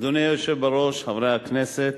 אדוני היושב בראש, חברי הכנסת,